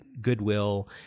goodwill